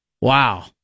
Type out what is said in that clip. Wow